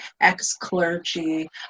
ex-clergy